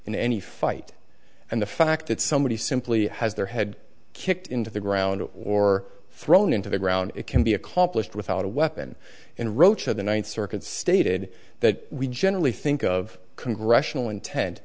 in any fight and the fact that somebody simply has their head kicked into the ground or thrown into the ground it can be accomplished without a weapon and rocher the ninth circuit stated that we generally think of congressional intent